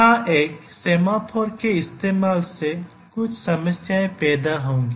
यहां एक सेमाफोर के इस्तेमाल से कुछ समस्याएं पैदा होंगी